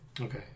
Okay